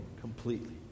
completely